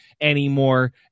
anymore